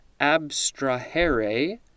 abstrahere